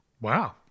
Wow